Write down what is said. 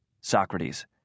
Socrates